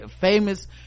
famous